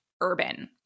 urban